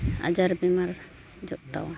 ᱟᱡᱟᱨᱼᱵᱤᱢᱟᱨ ᱡᱚᱛᱟᱣᱟ